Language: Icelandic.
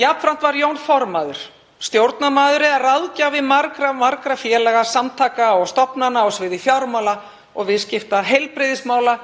Jafnframt var Jón formaður, stjórnarmaður eða ráðgjafi margra félaga, samtaka og stofnana á sviði fjármála og viðskipta, heilbrigðismála